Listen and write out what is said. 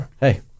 hey